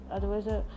Otherwise